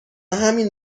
همین